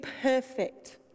perfect